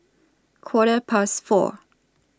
Quarter Past four